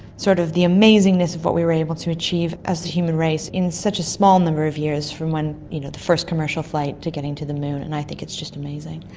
sort of the amazingness of what we were able to achieve as the human race in such a small number of years, from you know the first commercial flight to getting to the moon, and i think it's just amazing.